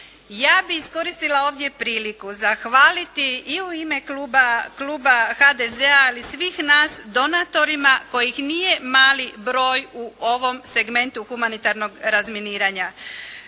Ja bih iskoristila ovdje priliku zahvaliti i u ime kluba HDZ-a ali i svih nas donatorima kojih nije mali broj u ovom segmentu humanitarnog razminiranja.